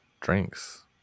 drinks